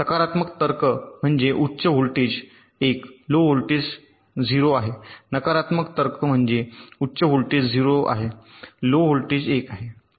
सकारात्मक तर्क म्हणजे उच्च व्होल्टेज 1 लो व्होल्टेज 0 आहे नकारात्मक तर्क म्हणजे उच्च व्होल्टेज 0 आहे लो व्होल्टेज 1 आहे